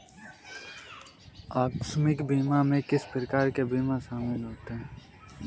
आकस्मिक बीमा में किस प्रकार के बीमा शामिल होते हैं?